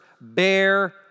bear